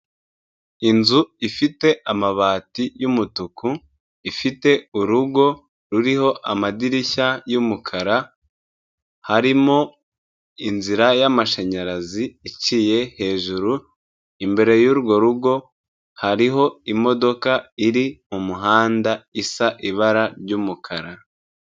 Inzu ifite amabati y'umutuku, ifite urugo ruriho amadirishya y'umukara, harimo inzira yamashanyarazi iciye hejuru, imbere y'urwo rugo, hariho imodoka iri mu muhanda isa ibara ry'umukara.